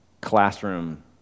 classroom